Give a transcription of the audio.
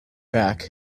back